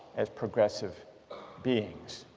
as progressive beings.